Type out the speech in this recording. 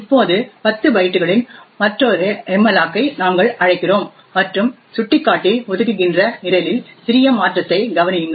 இப்போது 10 பைட்டுகளின் மற்றொரு மல்லோக்கை நாங்கள் அழைக்கிறோம் மற்றும் சுட்டிக்காட்டி ஒதுக்குகின்ற நிரலில் சிறிய மாற்றத்தைக் கவனியுங்கள்